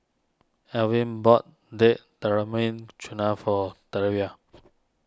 Elvin bought Date Tamarind for